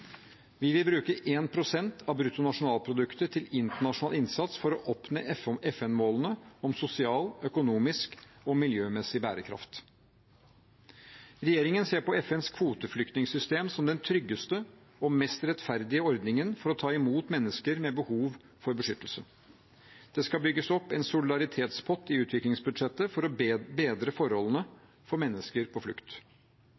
Vi vil bruke 1 pst. av bruttonasjonalproduktet til internasjonal innsats for å oppnå FN-målene om sosial, økonomisk og miljømessig bærekraft. Regjeringen ser på FNs kvoteflyktningsystem som den tryggeste og mest rettferdige ordningen for å ta imot mennesker med behov for beskyttelse. Det skal bygges opp en solidaritetspott i utviklingsbudsjettet for å bedre